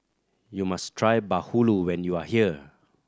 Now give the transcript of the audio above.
you must try bahulu when you are here